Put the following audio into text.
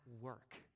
work